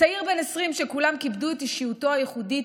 צעיר בן 20 שכולם כיבדו את אישיותו הייחודית,